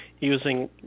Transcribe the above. using